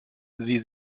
sie